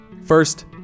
First